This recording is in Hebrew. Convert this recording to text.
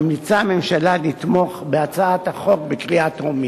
ממליצה הממשלה לתמוך בהצעת החוק בקריאה טרומית.